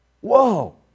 Whoa